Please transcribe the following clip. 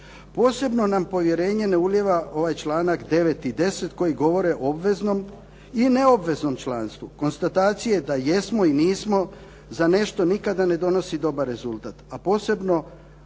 Posebno nam povjerenje ne ulijeva ovaj članak 9. i 10. koji govore o obveznom i neobveznom članstvu. Konstatacije da jesmo i nismo za nešto nikada ne donosi dobar rezultat, a posebno